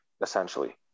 essentially